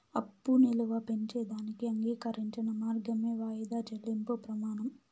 అప్పు ఇలువ పెంచేదానికి అంగీకరించిన మార్గమే వాయిదా చెల్లింపు ప్రమానం